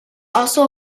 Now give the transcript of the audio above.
also